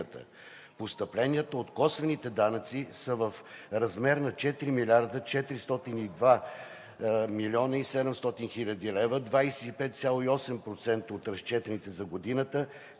Постъпленията от косвените данъци са в размер на 4 млрд. 402 млн. 700 хил. лв. – 25,8% от разчетените за годината,